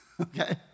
Okay